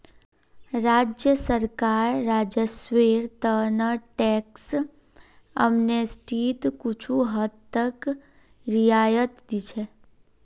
राज्य सरकार राजस्वेर त न टैक्स एमनेस्टीत कुछू हद तक रियायत दी छेक